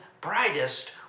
brightest